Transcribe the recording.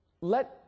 Let